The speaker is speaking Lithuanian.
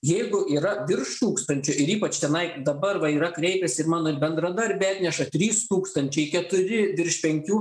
jeigu yra virš tūkstančio ir ypač tenai dabar va yra kreipėsi mano bendradarbė atneša trys tūkstančiai keturi virš penkių